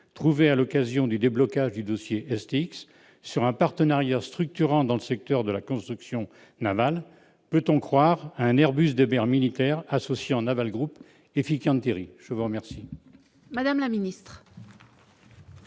trouvé à l'occasion du déblocage du dossier STX sur un partenariat structurant dans le secteur de la construction navale ? Peut-on croire à un Airbus des mers militaire, associant Naval Group et Fincantieri ? La parole est à Mme la ministre.